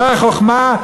זו החוכמה?